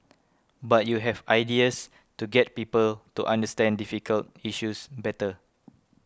but you have ideas to get people to understand difficult issues better